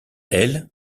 elle